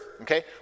okay